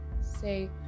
say